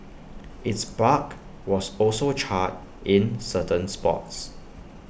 its bark was also charred in certain spots